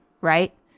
right